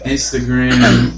Instagram